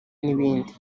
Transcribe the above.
n’ibindi